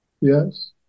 Yes